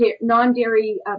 non-dairy